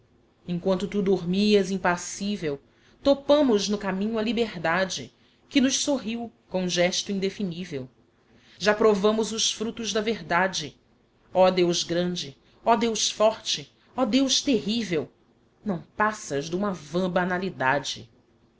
emquanto tu dormias impassivel topámos no caminho a liberdade que nos sorrio com gesto indefinivel já provámos os fructos da verdade ó deus grande ó deus forte ó deus terrivel não passas d'uma van banalidade